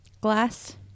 glass